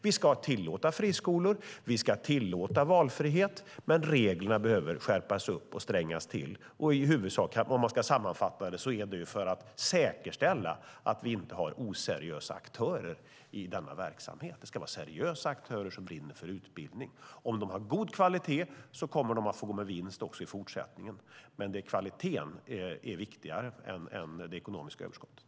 Vi ska tillåta friskolor, vi ska tillåta valfrihet, men reglerna behöver skärpas och bli strängare för att säkerställa att vi inte har oseriösa aktörer i denna verksamhet. Det ska vara seriösa aktörer som brinner för utbildning. Om skolorna har god kvalitet kommer de att få gå med vinst också i fortsättningen, men kvaliteten är viktigare än det ekonomiska överskottet.